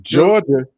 Georgia